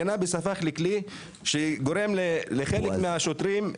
קנביס הפך לכלי שגורם לחלק מהשוטרים,